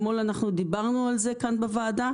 אתמול דיברנו על זה כאן בוועדה,